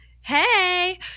Hey